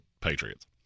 Patriots